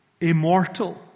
immortal